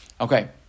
Okay